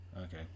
Okay